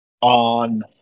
on